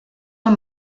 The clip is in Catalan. del